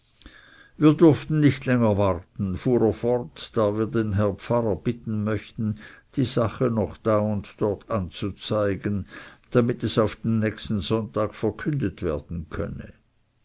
wir durften nicht länger warten fuhr er fort da wir den herrn pfarrer bitten möchten die sache noch da und dort anzuzeigen damit es auf den nächsten sonntag verkündet werden könne